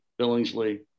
Billingsley